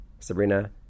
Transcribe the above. Sabrina